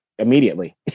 immediately